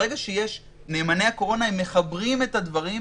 נאמני הקורונה מחברים את הדברים.